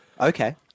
Okay